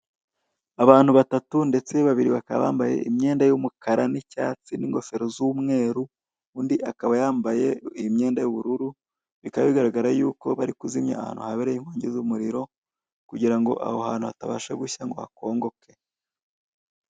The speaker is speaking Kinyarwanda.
Abantu batatu ndetse babiri bakaba bambaye imyenda y'umukara n'icyatsi n'ingofero z'umweru, undi akaba yambaye imyenda y'ubururu, bikaba bigaragara yuko bari kuzimya ahantu habereye inkongi y'umuriro kugira ngo aho hantu hatabasha gushya ngo hakongoke.